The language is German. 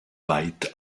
weit